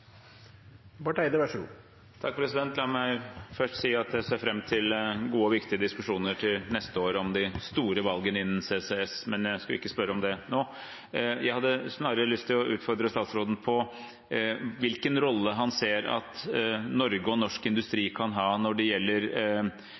viktige diskusjoner til neste år om de store valgene innen CCS, men jeg skal ikke spørre om det nå. Jeg hadde snarere lyst til å utfordre statsråden på hvilken rolle han ser at Norge og norsk industri